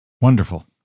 Wonderful